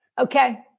Okay